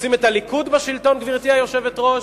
רוצים את הליכוד בשלטון, גברתי היושבת-ראש,